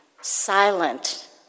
silent